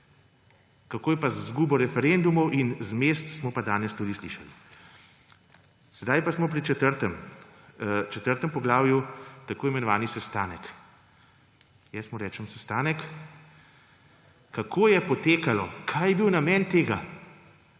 Kako je pa z izgubo referendumov in / nerazumljivo/ smo pa danes tudi slišali. Sedaj pa smo pri četrtem poglavju: tako imenovani sestanek. Jaz mu rečem sestanek. Kako je potekalo, kaj je bil namen tega,